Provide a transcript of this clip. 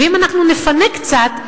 ואם אנחנו נפנה קצת,